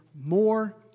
more